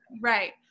Right